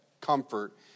comfort